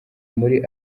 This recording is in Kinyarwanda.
muri